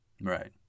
Right